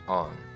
on